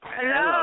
Hello